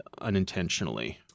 unintentionally